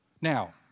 Now